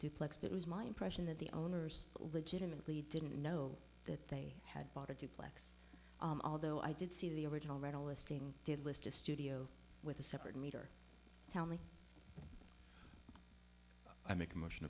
duplex that was my impression that the owners legitimately didn't know that they had bought a duplex although i did see the original rental listing did list a studio with a separate meter tell me i make a motion